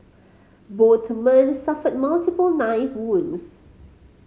both men suffered multiple knife wounds